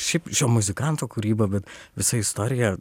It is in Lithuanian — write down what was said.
šiaip šio muzikanto kūryba bet visa istorija